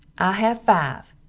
i have five,